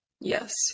Yes